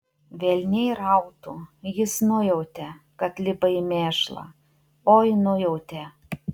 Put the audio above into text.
velniai rautų jis nujautė kad lipa į mėšlą oi nujautė